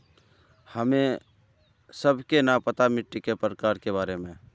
हमें सबके न पता मिट्टी के प्रकार के बारे में?